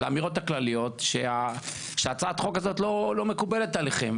לאמירות הכלליות שהצעת החוק הזאת לא מקובלת עליכם,